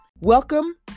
Welcome